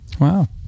wow